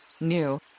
new